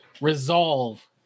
resolve